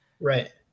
right